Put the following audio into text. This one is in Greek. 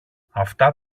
αυτά